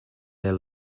their